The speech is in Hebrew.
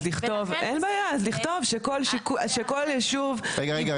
אז לכתוב שכל יישוב --- רגע,